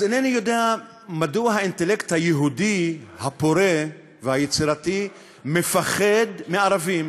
אז אינני יודע מדוע האינטלקט היהודי הפורה והיצירתי מפחד מערבים.